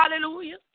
Hallelujah